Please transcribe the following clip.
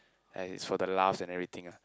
and it's for the laughs and everything ah